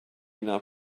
not